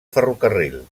ferrocarril